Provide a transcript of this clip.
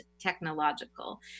technological